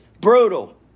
Brutal